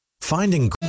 Finding